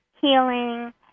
healing